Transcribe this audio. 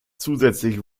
zusätzlich